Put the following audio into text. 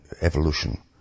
evolution